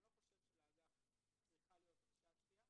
אני לא חושב שלאגף צריכה להיות הרשאת צפייה.